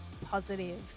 positive